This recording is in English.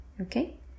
okay